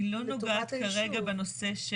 היא לא נוגעת ביישוב.